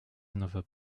another